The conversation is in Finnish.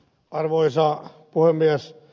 arvoisa puhemies